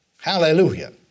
Hallelujah